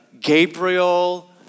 Gabriel